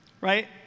right